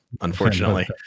unfortunately